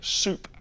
soup